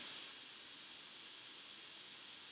uh